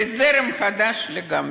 וזרם חדש לגמרי.